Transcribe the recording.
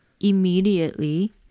immediately